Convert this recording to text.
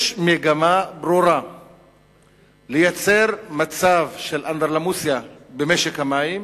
יש מגמה ברורה לייצר מצב של אנדרלמוסיה במשק המים